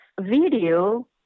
video